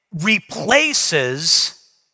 replaces